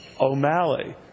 O'Malley